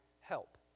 help